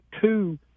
two